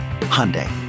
Hyundai